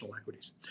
equities